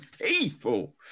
people